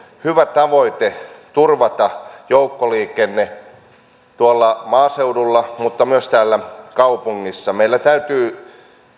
hyvä tavoite turvata joukkoliikenne maaseudulla mutta myös täällä kaupungissa meillä täytyy